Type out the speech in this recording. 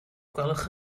gwelwch